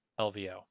LVO